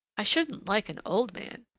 i shouldn't like an old man.